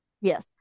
Yes